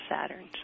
Saturn